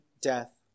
death